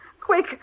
quick